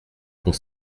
pont